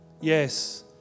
Yes